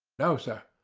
no, sir.